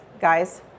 Guys